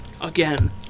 Again